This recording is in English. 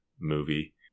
movie